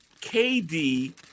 KD